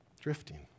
Drifting